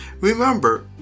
remember